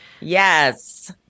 Yes